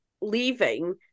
leaving